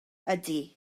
ydy